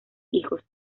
hijos